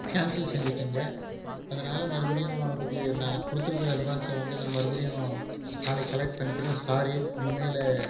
cancel செஞ்சுட்டோங்க அதனால மறுபடியும் அதுக்கு நான் கொடுத்துருக்குற அட்வான்ஸை வந்து நான் மறுபடியும் நாளைக்கு கலெக்ட் பண்ணிக்கிறேன் சாரி இனிமேல்